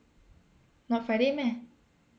not Friday meh